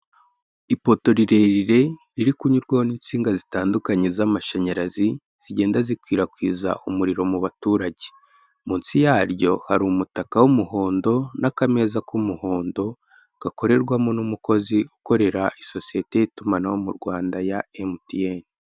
Ipoto rirerire riri kunyurwaho n'insinga zitandukanye z'amashanyarazi zigenda zikwirakwiza umuriro mu baturage, munsi yaryo hari umutaka w'umuhondo n'akameza k'umuhondo, gakorerwamo n'umukozi ukorera isosiyete y'itumanaho mu Rwanda ya Emutiyeni.